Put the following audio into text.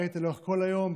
ראית לאורך כל היום,